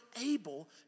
able